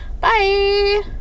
Bye